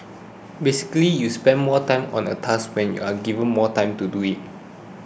basically you spend more time on a task when you are given more time to do it